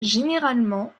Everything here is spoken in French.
généralement